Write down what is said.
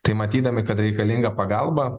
tai matydami kad reikalinga pagalba